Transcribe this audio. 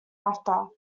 after